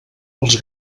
els